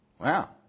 Wow